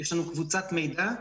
יש לנו קבוצת מידע.